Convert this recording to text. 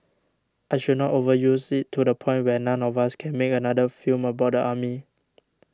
I should not overuse it to the point where none of us can make another film about the army